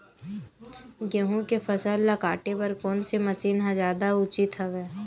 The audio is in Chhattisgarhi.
गेहूं के फसल ल काटे बर कोन से मशीन ह जादा उचित हवय?